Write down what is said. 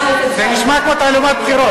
זה נשמע כמו תעמולת בחירות.